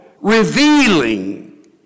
revealing